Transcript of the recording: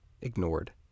ignored